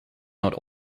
not